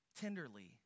Tenderly